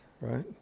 right